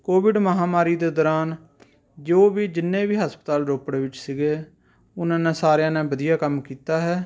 Covid ਮਹਾਂਮਾਰੀ ਦੇ ਦੌਰਾਨ ਜੋ ਵੀ ਜਿੰਨੇ ਵੀ ਹਸਪਤਾਲ ਰੋਪੜ ਵਿੱਚ ਸੀਗੇ ਉਹਨਾਂ ਨੇ ਸਾਰਿਆਂ ਨੇ ਵਧੀਆ ਕੰਮ ਕੀਤਾ ਹੈ